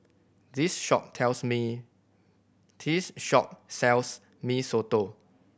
this shop tells me this shop sells Mee Soto